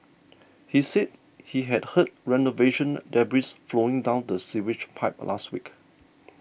he said he had heard renovation debris flowing down the sewage pipe last week